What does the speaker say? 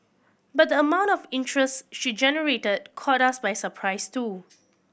but the amount of interest she generated caught us by surprise too